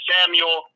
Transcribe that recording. Samuel